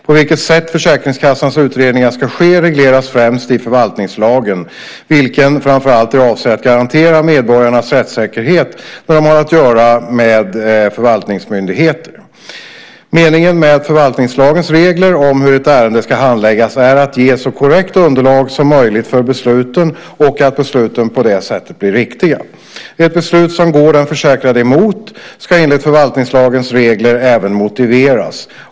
På vilket sätt Försäkringskassans utredningar ska ske regleras främst i förvaltningslagen, vilken framför allt är avsedd att garantera medborgarnas rättssäkerhet när de har att göra med förvaltningsmyndigheter. Meningen med förvaltningslagens regler om hur ett ärende ska handläggas är att ge ett så korrekt underlag som möjligt för besluten och att besluten på det sättet blir riktiga. Ett beslut som går den försäkrade emot ska enligt förvaltningslagens regler även motiveras.